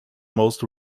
most